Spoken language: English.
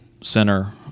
center